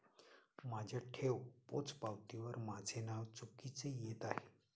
माझ्या ठेव पोचपावतीवर माझे नाव चुकीचे येत आहे